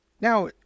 now